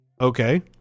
Okay